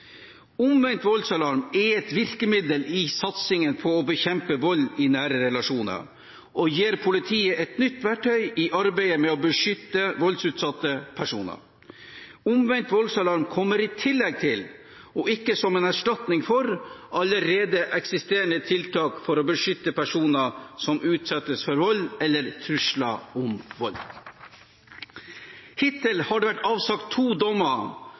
Omvendt voldsalarm er et virkemiddel i satsingen på å bekjempe vold i nære relasjoner, og det gir politiet et nytt verktøy i arbeidet med å beskytte voldsutsatte personer. Omvendt voldsalarm kommer i tillegg til – og ikke som en erstatning for – allerede eksisterende tiltak for å beskytte personer som utsettes for vold eller trusler om vold. Hittil har det vært avsagt to dommer